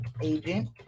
agent